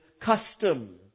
custom